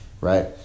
Right